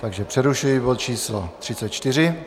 Takže přerušuji bod číslo 34.